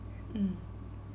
mm